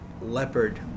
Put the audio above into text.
leopard